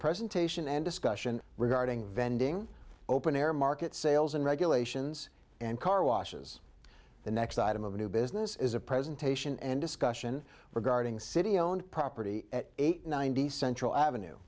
presentation and discussion regarding vending open air market sales and regulations and car washes the next item of new business is a presentation and discussion regarding city owned property at eight ninety central avenue